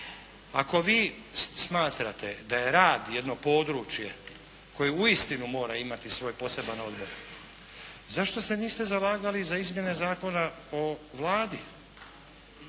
Ako vi smatrate da je rad jedno područje koje uistinu mora imati svoj poseban odbor zašto se niste zalagali za izmjene Zakona o Vladi